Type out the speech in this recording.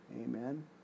Amen